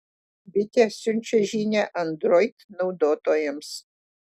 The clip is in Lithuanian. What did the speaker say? bitė siunčia žinią android naudotojams